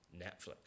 Netflix